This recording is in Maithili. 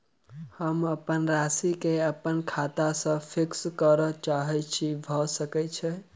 हम अप्पन राशि केँ अप्पन खाता सँ फिक्स करऽ चाहै छी भऽ सकै छै?